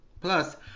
Plus